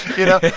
you know?